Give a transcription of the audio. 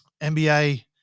nba